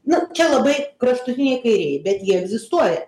na čia labai kraštutiniai kairieji bet jie egzistuoja